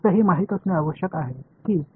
நீங்கள் தெரிந்து கொள்ள வேண்டியது நோட்ஸ்